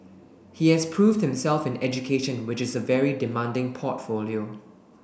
he has proved himself in education which is a very demanding portfolio